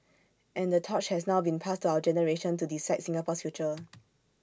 and the torch has now been passed to our generation to decide Singapore's future